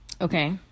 Okay